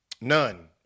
None